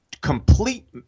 complete